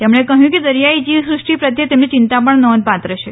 તેમણે કહ્યું કે દરિયાઇ જીવસૃષ્ટિ પ્રત્યે તેમની ચિંતા પણ નોંધપાત્ર છે